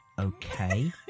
Okay